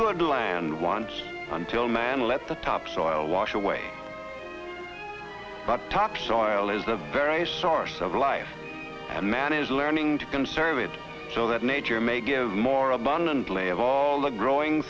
good land once until man let the topsoil wash away the topsoil is the very source of life and man is learning to conserve it so that nature may give more abundantly of all the growing